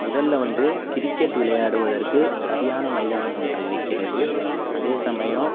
முதலில் வந்து கிரிக்கெட் விளையாடுவதற்கு சரியான மைதானம் ஒன்று இருக்கிறது அதே சமயம்